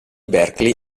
berkeley